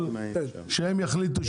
אבל שהם יחליטו,